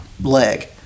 leg